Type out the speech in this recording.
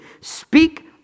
Speak